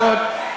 הממשלה הזאת,